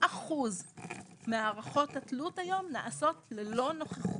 90% מהערכות התלות היום נעשות ללא נוכחות.